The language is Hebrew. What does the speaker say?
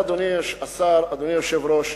אדוני השר, אדוני היושב-ראש,